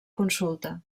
consulta